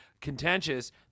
contentious